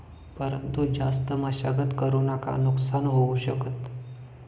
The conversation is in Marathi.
परंतु जास्त मशागत करु नका नुकसान होऊ शकत